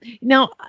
now